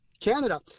Canada